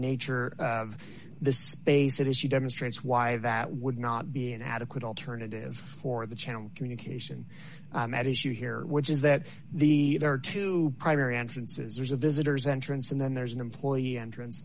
nature of the space it is she demonstrates why that would not be an adequate alternative for the channel communication at issue here which is that the there are two primary entrances are visitors entrance and then there's an employee entrance